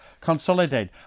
consolidate